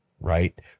Right